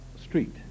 street